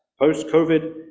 post-covid